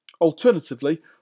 Alternatively